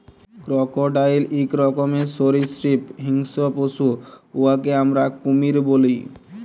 crocodile ইক রকমের সরীসৃপ হিংস্র পশু উয়াকে আমরা কুমির ব্যলি